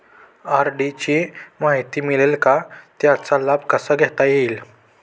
RD ची माहिती मिळेल का, त्याचा लाभ कसा घेता येईल?